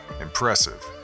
impressive